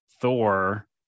Thor